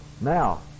Now